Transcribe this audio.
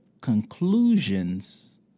conclusions